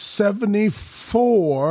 seventy-four